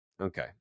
Okay